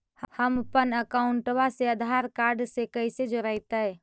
हमपन अकाउँटवा से आधार कार्ड से कइसे जोडैतै?